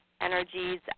energies